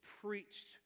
preached